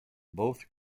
both